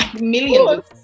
millions